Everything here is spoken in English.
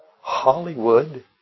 Hollywood